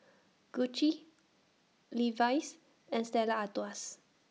Gucci Levi's and Stella Artois